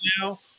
now